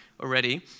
already